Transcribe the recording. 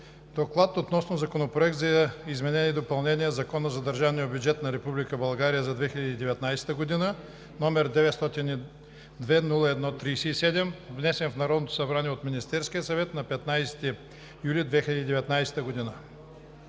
„ДОКЛАД относно Законопроект за изменение и допълнение на Закона за държавния бюджет на Република България за 2019 г., № 902-01-37, внесен в Народното събрание от Министерския съвет на 15 юли 2019 г.